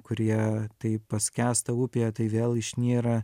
kurie tai paskęsta upėje tai vėl išnyra